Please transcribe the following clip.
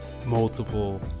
multiple